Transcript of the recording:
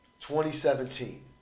2017